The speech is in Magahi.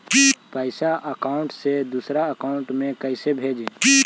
पैसा अकाउंट से दूसरा अकाउंट में कैसे भेजे?